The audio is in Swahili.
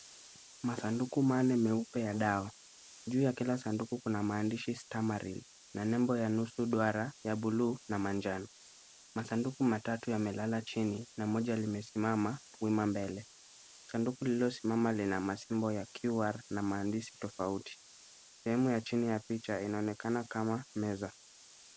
Masanduku manne meupe ya dawa juu ya kila sanduku kuna maandishi stamreal na nembo ya nusu duara ya buluu na manjano. Masanduku matatu yamelala chini na moja limesimama wima mbele. Sanduku lililo simama lina ya masimbo ya QR na maandishi tofauti. Sehemu ya chini ya picha inaonekana kama meza.